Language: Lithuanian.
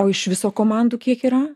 o iš viso komandų kiek yra